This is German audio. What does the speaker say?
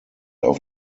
auf